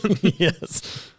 Yes